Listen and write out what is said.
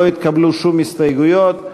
לא התקבלו שום הסתייגויות,